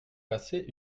passé